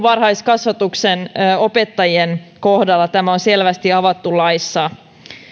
varhaiskasvatuksen opettajien kohdalla tämä on selvästi avattu laissa